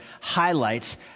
highlights